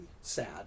sad